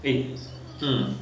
eh hmm